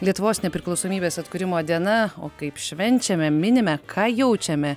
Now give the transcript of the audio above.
lietuvos nepriklausomybės atkūrimo diena o kaip švenčiame minime ką jaučiame